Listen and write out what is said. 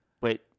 Wait